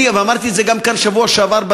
ואמרתי את זה כאן גם בשבוע שעבר,